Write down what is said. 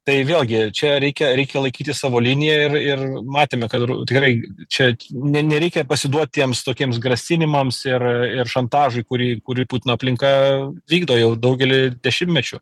tai vėlgi čia reikia reikia laikyti savo liniją ir ir matėme kad tikrai čia ne nereikia pasiduot tiems tokiems grasinimams ir ir šantažui kurį kurį putino aplinka vykdo jau daugelį dešimtmečių